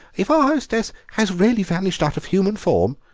if our hostess has really vanished out of human form,